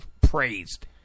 praised